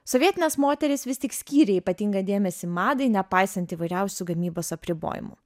sovietinės moterys vis tik skyrė ypatingą dėmesį madai nepaisant įvairiausių gamybos apribojimų